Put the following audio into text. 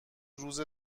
روز